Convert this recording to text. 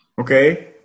Okay